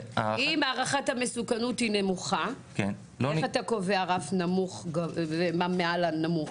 אם הערכת המסוכנות היא נמוכה איך אתה קובע רף נמוך או מה מעל נמוך?